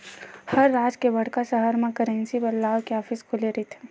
हर राज के बड़का सहर म करेंसी बदलवाय के ऑफिस खुले रहिथे